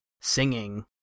singing